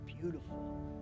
beautiful